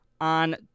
on